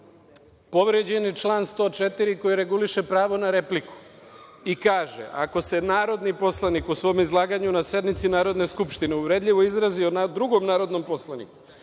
Povređen je član 104. koji reguliše pravo na repliku i kaže – ako se narodni poslanik u svom izlaganju na sednici Narodne skupštine uvredljivo izrazi o drugom narodnom poslaniku